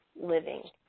living